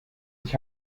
ich